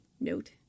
note